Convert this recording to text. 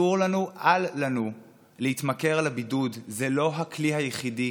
אל לנו להתמכר לבידוד, זה לא הכלי היחיד.